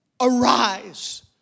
arise